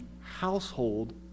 household